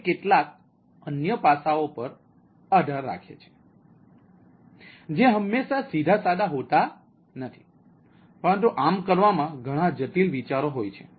તે કેટલાક અન્ય પાસાઓ પર આધાર રાખે છે જે હંમેશાં સીધા સાદા હોતા નથી પરંતુ આમ કરવામાં ઘણા જટિલ વિચારો હોય છે